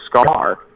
scar